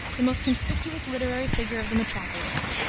the most conspicuous literary figure of the metropolis,